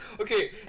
okay